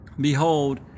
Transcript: behold